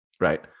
right